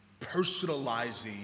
personalizing